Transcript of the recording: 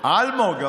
אלמוג.